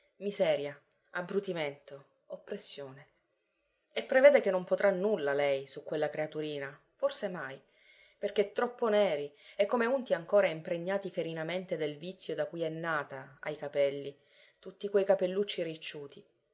miseria abbrutimento oppressione e prevede che non potrà nulla lei su quella creaturina forse mai perché troppo neri e come unti ancora e impregnati ferinamente del vizio da cui è nata ha i capelli tutti quei capellucci ricciuti